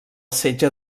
setge